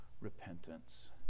repentance